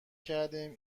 کردیم